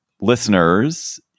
Listeners